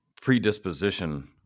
predisposition